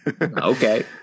Okay